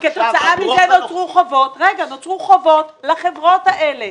כתוצאה מזה נוצרו חובות לחברות האלה,